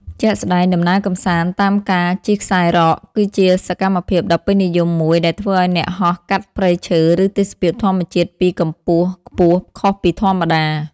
ជាក់ស្ដែង ដំណើរកម្សាន្តតាមការជិះខ្សែរ៉ក គឺជាសកម្មភាពដ៏ពេញនិយមមួយដែលធ្វើឱ្យអ្នកហោះកាត់ព្រៃឈើ ឬទេសភាពធម្មជាតិពីកម្ពស់ខ្ពស់ខុសពីធម្មតា។